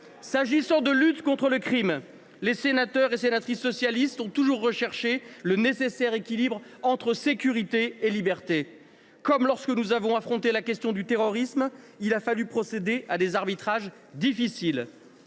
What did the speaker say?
S’agissant de lutte contre le crime, les sénatrices et sénateurs socialistes ont toujours recherché le nécessaire équilibre entre sécurité et liberté. Comme lorsque nous avons affronté la question du terrorisme, il a fallu procéder à des arbitrages difficiles.